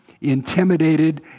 intimidated